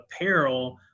apparel